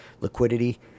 liquidity